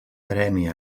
premi